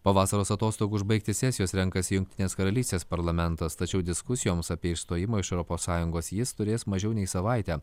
po vasaros atostogų užbaigti sesijos renkasi jungtinės karalystės parlamentas tačiau diskusijoms apie išstojimą iš europos sąjungos jis turės mažiau nei savaitę